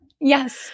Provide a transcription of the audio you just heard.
yes